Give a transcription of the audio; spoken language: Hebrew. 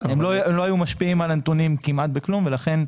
הם לא היו משפיעים על הנתונים כמעט בכלום ולכן,